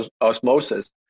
Osmosis